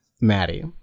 Maddie